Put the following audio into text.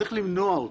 צריך למנוע אותו,